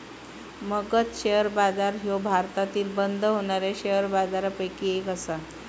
Magadh share बाजार ह्यो भारतातील बंद होणाऱ्या शेअर बाजारपैकी एक आसा